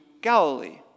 Galilee